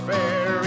Fair